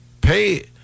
Pay